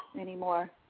anymore